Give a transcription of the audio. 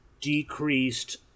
decreased